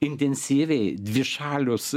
intensyviai dvišaliuos